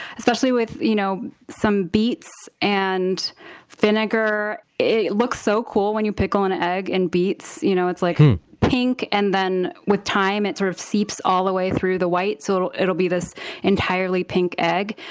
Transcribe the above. especially with you know some beets and vinegar, it looks so cool when you pickle an egg in and beets. you know it's like pink, and then with time it sort of seeps all the way through the white, so it'll it'll be this entirely pink egg.